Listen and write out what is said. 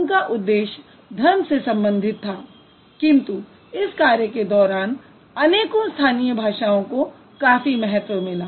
उनका उद्देश्य धर्म से संबंधित था किन्तु इस कार्य के दौरान अनेकों स्थानीय भाषाओं को काफी महत्व मिला